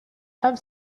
have